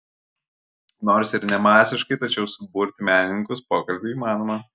nors ir ne masiškai tačiau suburti menininkus pokalbiui įmanoma